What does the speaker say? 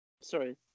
Sorry